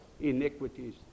iniquities